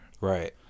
Right